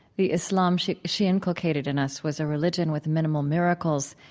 the islam she she inculcated in us was a religion with minimal miracles,